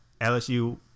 LSU